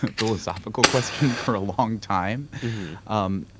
philosophical question for a long time um